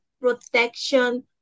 protection